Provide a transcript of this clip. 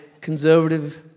conservative